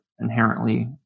inherently